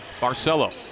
Barcelo